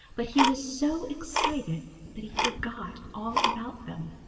but he was so excited that he forgot all about them.